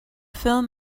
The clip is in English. film